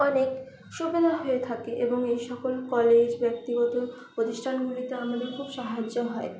অনেক সুবিধা হয়ে থাকে এবং এই সকল কলেজ ব্যক্তিগত প্রতিষ্ঠানগুলিতে আমাদের খুব সাহায্য হয়